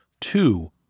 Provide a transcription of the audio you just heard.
Two